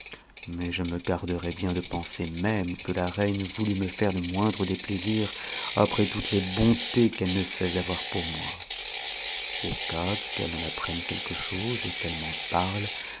mais je me garderai bien de penser même que la reine voulut me faire le moindre déplaisir après toutes les bontés qu'elle ne cesse d'avoir pour mi au cas qu'elle en apprenne quelque chose et qu'elle m'en parle